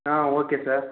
okay sir